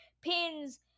pins